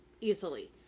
easily